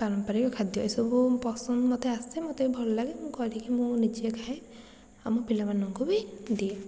ପାରମ୍ପରିକ ଖାଦ୍ୟ ଏସବୁ ପସନ୍ଦ ମୋତେ ଆସେ ମୋତେ ଭଲ ଲାଗେ ମୁଁ କରିକି ମୁଁ ନିଜେ ଖାଏ ଆଉ ମୋ ପିଲାମାନଙ୍କୁ ବି ଦିଏ